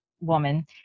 woman